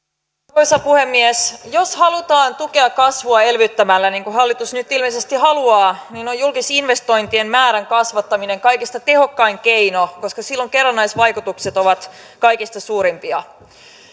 arvoisa puhemies jos halutaan tukea kasvua elvyttämällä niin kuin hallitus nyt ilmeisesti haluaa niin on julkisinvestointien määrän kasvattaminen kaikista tehokkain keino koska silloin kerrannaisvaikutukset ovat kaikista suurimpia